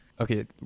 Okay